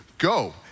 go